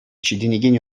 ҫитӗнекен